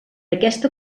aquesta